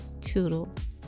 Toodles